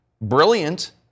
Brilliant